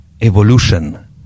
evolution